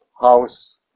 house